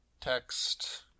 text